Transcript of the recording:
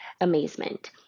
amazement